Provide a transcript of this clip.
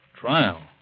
Trial